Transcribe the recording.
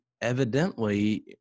evidently